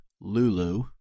Lulu